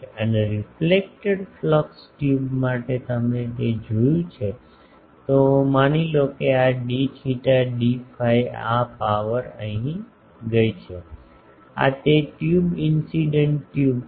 અને reflected flux tube માટે તમે તે જોયું તો માની લો કે આ ડી થેટા ડી ફાઈ આ પાવર અહીં ગઈ છે આ તે ટ્યુબ ઇન્સીડેંટ ટ્યુબ છે